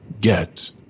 get